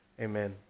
Amen